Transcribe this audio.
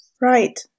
Right